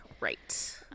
Right